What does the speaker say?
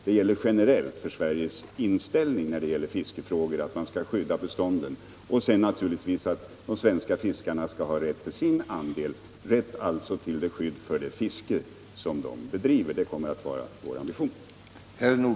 Generellt gäller för Sveriges inställning i fiskefrågor att vi strävar efter att skydda fiskbestånden och, naturligtvis, skydd för det fiske som de bedriver. Detta kommer att vara vår ambition. Tisdagen den